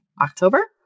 October